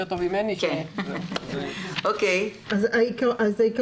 תקנות 7 ו-8 הן לעניין נוהל פרטני ליצירת קשר וסיוע,